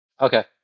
Okay